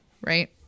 Right